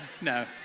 No